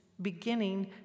beginning